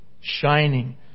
shining